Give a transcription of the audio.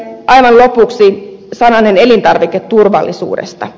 aivan lopuksi sananen elintarviketurvallisuudesta